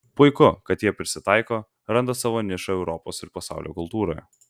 puiku kad jie prisitaiko randa savo nišą europos ir pasaulio kultūroje